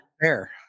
fair